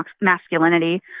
masculinity